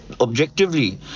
objectively